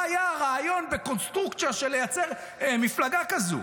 מה היה הרעיון בקונסטרוקציה של לייצר מפלגה כזו?